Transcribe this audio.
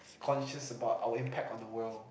conscious about our impact on the world